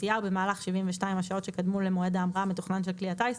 PCR במהלך 72 השעות שקדמו למועד ההמראה המתוכנן של כלי הטיס,